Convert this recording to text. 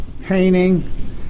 painting